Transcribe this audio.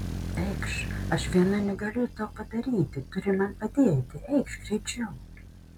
eikš aš viena negaliu to padaryti turi man padėti eikš greičiau